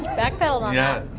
backpedaled on yeah